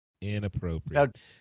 inappropriate